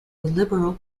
liberal